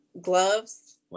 gloves